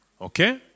Okay